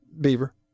Beaver